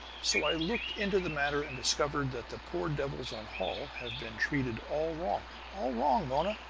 so i looked into the matter and discovered that the poor devils on holl have been treated all wrong. all wrong, mona!